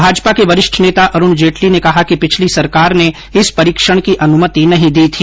भाजपा के वरिष्ठ नेता अरुण जेटली ने कहा कि पिछली सरकार ने इस परीक्षण की अनुमति नहीं दी थी